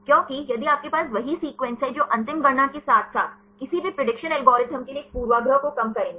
क्योंकि यदि आपके पास वही सीक्वेंस हैं जो अंतिम गणना के साथ साथ किसी भी प्रेडिक्शन एल्गोरिदम के लिए एक पूर्वाग्रह को कम करेंगे